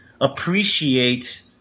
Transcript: appreciate